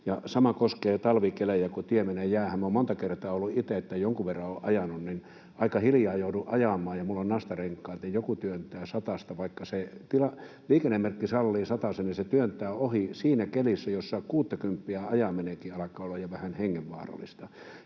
Sama koskee talvikelejä, kun tie menee jäähän. Minä olen monta kertaa itse — jonkun verran olen ajanut — aika hiljaa joutunut ajamaan, ja kun minulla on ollut nastarenkaat, niin joku työntää satasta, ja vaikka se liikennemerkki sallii satasen, niin se työntää ohi siinä kelissä, jossa kuuttakymppiäkin ajaminen alkaa olla jo vähän hengenvaarallista.